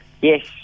Yes